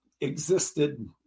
existed